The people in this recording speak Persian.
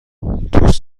دوست